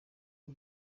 w’u